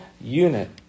unit